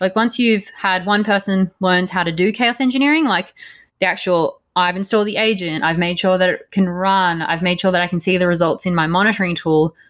like once you've had one person learns how to do chaos engineering, like the actual i've installed the agent, i've made sure that it can run, i've made sure that i can see the results in my monitoring tool,